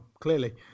clearly